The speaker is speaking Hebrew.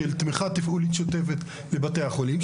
תמיכה תפעולית שוטפת לבתי החולים,